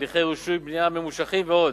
הליכי רישוי בנייה ממושכים ועוד.